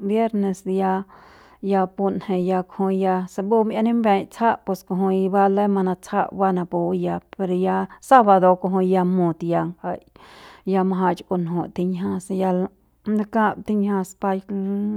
Viernes ya ya punje ya kujui ya se mbu mi'ia nimbiaiñ tsjap pus kujui ba lem manatsjap ba napu ya pero ya sábado kujui ya mut ya ngjai ya majach kunju tinjias ya rakam tinjias paik